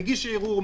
מגיש ערעור,